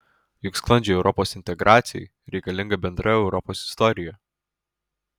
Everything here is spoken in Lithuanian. juk sklandžiai europos integracijai reikalinga bendra europos istorija